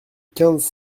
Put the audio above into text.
quinze